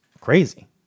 crazy